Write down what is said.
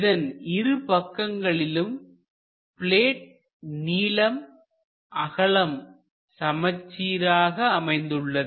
இதன் இரு பக்கங்களிலும் பிளேட் நீளம் அகலம் சமச்சீராக அமைந்துள்ளது